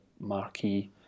marquee